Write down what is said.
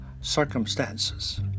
circumstances